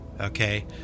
okay